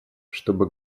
чтобы